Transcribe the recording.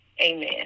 Amen